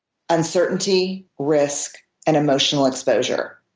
uncertainty, risk and emotional exposure.